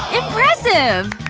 impressive!